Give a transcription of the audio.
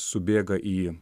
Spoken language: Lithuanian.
subėga į